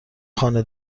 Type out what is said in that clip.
خانه